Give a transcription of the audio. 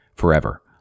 forever